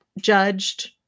judged